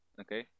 okay